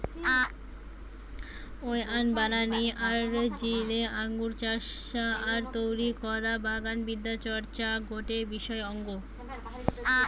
wine বানানিয়ার জিনে আঙ্গুর চাষ আর তৈরি করা বাগান বিদ্যা চর্চার গটে বিশেষ অঙ্গ